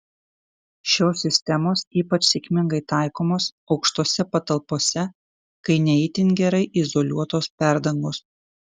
šios sistemos ypač sėkmingai taikomos aukštose patalpose kai ne itin gerai izoliuotos perdangos